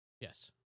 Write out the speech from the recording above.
Yes